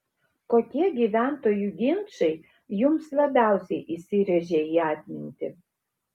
kokie gyventojų ginčai jums labiausiai įsirėžė į atmintį